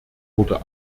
wurde